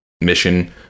mission